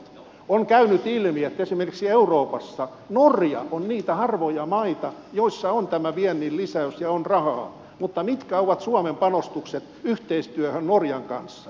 on käynyt ilmi että esimerkiksi euroopassa norja on niitä harvoja maita joissa on tämä viennin lisäys ja on rahaa mutta mitkä ovat suomen panostukset yhteistyöhön norjan kanssa